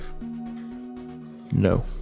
No